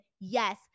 Yes